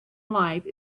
life